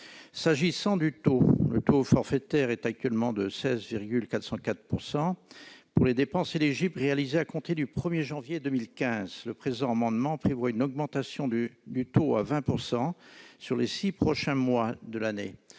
S'agissant du taux, si le taux forfaitaire est actuellement de 16,404 % pour les dépenses éligibles réalisées à compter du 1 janvier 2015, le présent amendement prévoit une augmentation du taux à 20 % sur les six prochains mois de l'année.